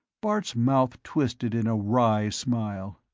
bart's mouth twisted in a wry smile.